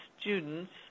students